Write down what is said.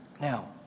Now